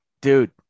dude